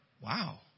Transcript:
wow